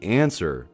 answer